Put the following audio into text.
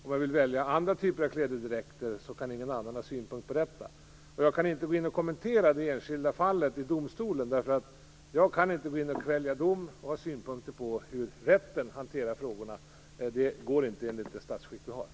Om jag vill välja andra typer av klädedräkter skall ingen annan kunna ha synpunkter på detta. Jag kan inte kommentera det enskilda fallet i domstolen. Att kvälja dom och ha synpunkter på hur rätten hanterar frågorna går inte med det statsskick som vi har.